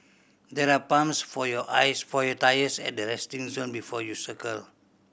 there are pumps for your eyes for your tyres at the resting zone before you cycle